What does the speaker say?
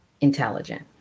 intelligent